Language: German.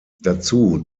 dazu